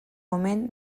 omen